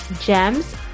gems